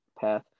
path